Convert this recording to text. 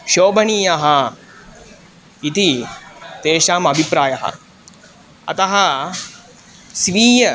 शोभणीयः इति तेषाम् अभिप्रायः अतः स्वीय